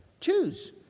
Choose